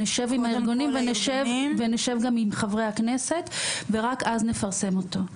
נשב עם הארגונים ונשב גם עם חברי הכנסת ורק אז נפרסם אותו,